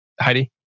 Heidi